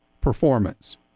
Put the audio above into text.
performance